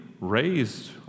raised